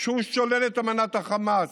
שהוא שולל את אמנת החמאס.